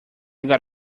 got